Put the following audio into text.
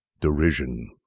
derision